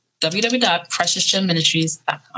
www.preciousgemministries.com